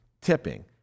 tipping